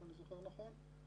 אם אני זוכר נכון,